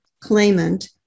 claimant